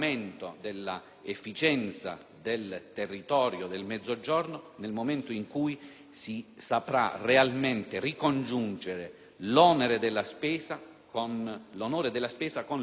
del territorio del Mezzogiorno, nel momento in cui si saprà realmente ricongiungere l'onore della spesa con l'onere della tassazione.